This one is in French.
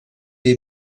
est